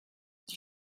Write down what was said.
die